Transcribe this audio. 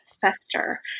fester